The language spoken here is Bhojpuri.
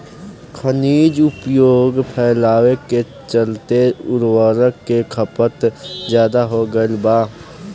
खनिज उपयोग फैलाव के चलते उर्वरक के खपत ज्यादा हो गईल बा